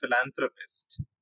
philanthropist